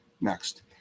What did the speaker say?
Next